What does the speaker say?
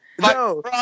No